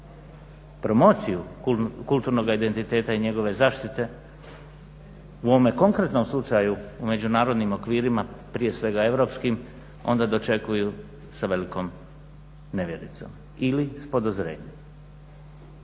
promociju kulturnog identiteta i njegove zaštite u ovome konkretnom slučaju u međunarodnim okvirima, prije svega europskim onda dočekuju s velikom nevjericom ili s podozrenjem.